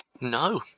no